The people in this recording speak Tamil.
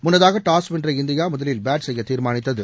முன்னதாக டாஸ் வென்ற இற்தியா முதலில் பேட் செய்ய தீர்மானித்தது